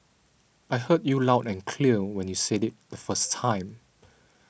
I heard you loud and clear when you said it the first time